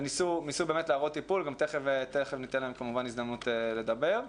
וניסו באמת להראות טיפול ותיכף ניתן להם הזדמנות לדבר.